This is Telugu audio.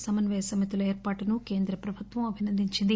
సమన్వయ సమితిల ఏర్పాటును కేంద్ర ప్రభుత్వం అభినందించింది